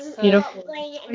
Beautiful